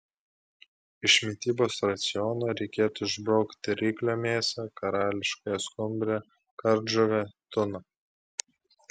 iš mitybos raciono reikėtų išbraukti ryklio mėsą karališkąją skumbrę kardžuvę tuną